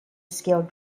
skilled